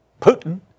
Putin